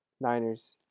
Niners